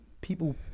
people